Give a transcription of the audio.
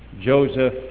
Joseph